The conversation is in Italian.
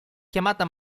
chiamata